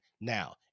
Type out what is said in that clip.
Now